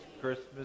Christmas